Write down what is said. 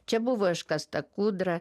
čia buvo iškasta kūdra